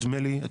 נדמה לי ---.